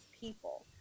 people